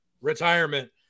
Retirement